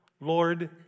Lord